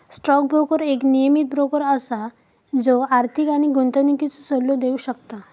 stock broker एक नियमीत broker असा जो आर्थिक आणि गुंतवणुकीचो सल्लो देव शकता